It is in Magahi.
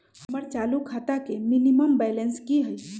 हमर चालू खाता के मिनिमम बैलेंस कि हई?